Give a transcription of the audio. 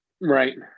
Right